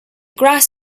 grass